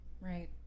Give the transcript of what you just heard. Right